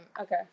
Okay